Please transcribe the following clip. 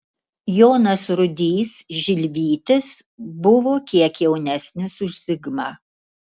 jonas rudys žilvytis buvo kiek jaunesnis už zigmą